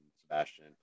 Sebastian